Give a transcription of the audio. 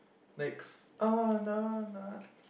next